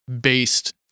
based